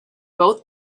both